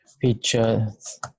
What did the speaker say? features